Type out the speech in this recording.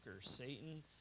Satan